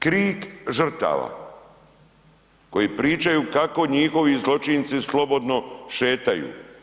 Krik žrtava koji pričaju kako njihovi zločinci slobodno šetaju.